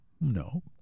No